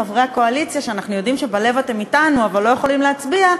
חברי הקואליציה שאנחנו יודעים שבלב אתם אתנו אבל לא יכולים להצביע,